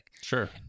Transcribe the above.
sure